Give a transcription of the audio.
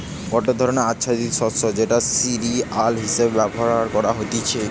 গটে ধরণের আচ্ছাদিত শস্য যেটা সিরিয়াল হিসেবে ব্যবহার করা হতিছে